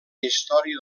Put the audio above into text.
història